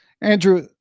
andrew